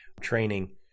training